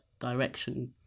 direction